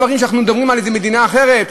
דברים שאנחנו מדברים עליהם הם על איזו מדינה אחרת?